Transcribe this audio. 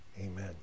Amen